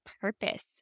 purpose